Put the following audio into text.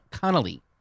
Connolly